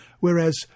whereas